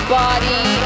body